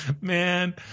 Man